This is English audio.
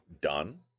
done